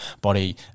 body